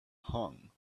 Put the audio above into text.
hung